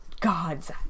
God's